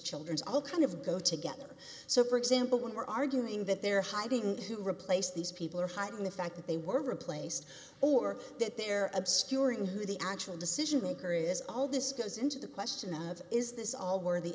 children's all kind of go together so for example when we're arguing that they're hiding who replace these people are hiding the fact that they were replaced or that they're obscuring who the actual decision maker is all this goes into the question of is this all worthy